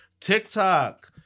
TikTok